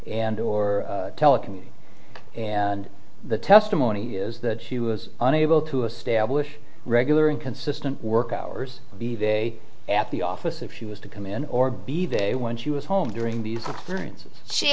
and or telecommuting the testimony is that she was unable to establish regular and consistent work hours at the office if she was to come in or be there when she was home during the clearances she